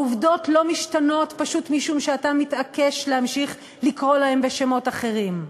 העובדות לא משתנות פשוט משום שאתה מתעקש להמשיך לקרוא להן בשמות אחרים.